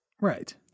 right